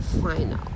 final